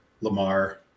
Lamar